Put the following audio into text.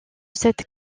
cette